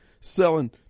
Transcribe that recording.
selling